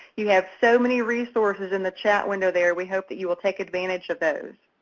you have so many resources in the chat window there. we hope that you will take advantage of those.